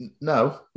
no